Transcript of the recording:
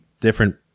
different